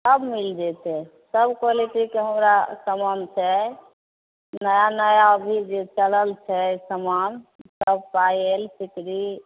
सभ मिल जेतै सभ क्वालिटीके हमरा समान छै नया नया अभी जे चलल छै समान पायल सिकरी